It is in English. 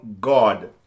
God